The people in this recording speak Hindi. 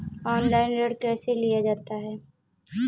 ऑनलाइन ऋण कैसे लिया जाता है?